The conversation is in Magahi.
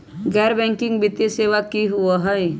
गैर बैकिंग वित्तीय सेवा की होअ हई?